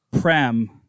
prem